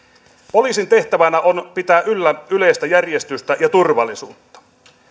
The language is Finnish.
poliisin tehtävänä on pitää yllä yleistä järjestystä ja turvallisuutta